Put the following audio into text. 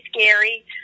scary